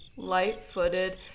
light-footed